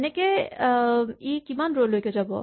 এনেকে ই কিমান দূৰলৈকে যাব